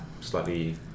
slightly